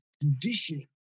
conditioning